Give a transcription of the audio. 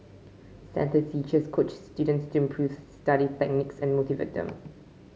centre teachers coach students to improve study techniques and motivate them